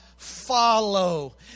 follow